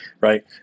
right